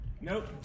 Nope